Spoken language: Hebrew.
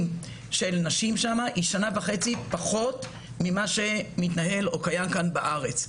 של נשים שם היא שנה וחצי פחות ממה שיש בארץ.